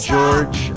George